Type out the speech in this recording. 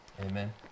Amen